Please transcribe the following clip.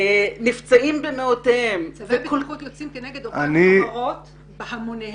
נפצעים במאות --- וצווי בטיחות יוצאים כנגד אותן חברות בהמוניהם.